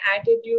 attitude